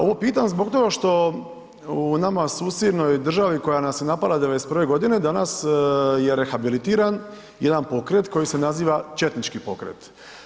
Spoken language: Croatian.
Ovo pitam zbog toga što u nama susjednoj državi koja nas je napala '91. godine danas je rehabilitiran jedan pokret koji se naziva četnički pokret.